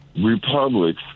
Republics